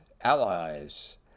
allies